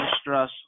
stress